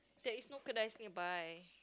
there is no kedai nearby